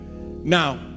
Now